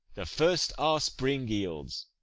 the first our spring yields.